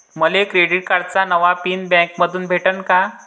मले क्रेडिट कार्डाचा नवा पिन बँकेमंधून भेटन का?